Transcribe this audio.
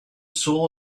soul